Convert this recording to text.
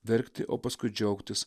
verkti o paskui džiaugtis